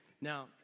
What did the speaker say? Now